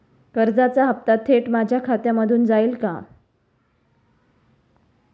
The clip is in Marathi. कर्जाचा हप्ता थेट माझ्या खात्यामधून जाईल का?